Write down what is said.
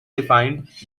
defined